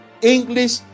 English